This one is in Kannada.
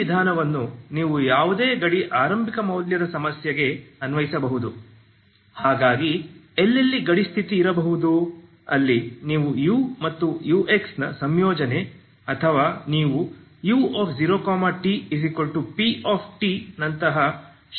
ಈ ವಿಧಾನವನ್ನು ನೀವು ಯಾವುದೇ ಗಡಿ ಆರಂಭಿಕ ಮೌಲ್ಯದ ಸಮಸ್ಯೆಗೆ ಅನ್ವಯಿಸಬಹುದು ಹಾಗಾಗಿ ಎಲ್ಲೆಲ್ಲಿ ಗಡಿ ಸ್ಥಿತಿ ಇರಬಹುದು ಅಲ್ಲಿ ನೀವು u ಮತ್ತು ux ನ ಸಂಯೋಜನೆ ಅಥವಾ ನೀವು u0tpt ನಂತಹ ಶೂನ್ಯವಲ್ಲದ ಗಡಿ ಸ್ಥಿತಿಯನ್ನು ತೆಗೆದುಕೊಳ್ಳಬಹುದು